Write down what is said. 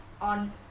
on